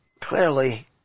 clearly